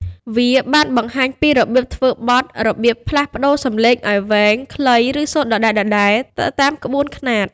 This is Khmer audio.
វាបង្ហាញពីរបៀបធ្វើបទ របៀបផ្លាស់ប្ដូរសំឡេងឱ្យវែង ខ្លី ឬសូត្រដដែលៗ ទៅតាមក្បួនខ្នាត។